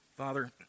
Father